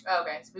Okay